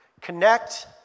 connect